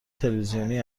تلویزیونی